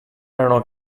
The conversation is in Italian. erano